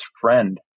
friend